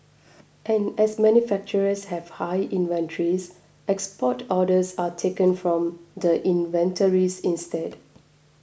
and as manufacturers have high inventories export orders are taken from the inventories instead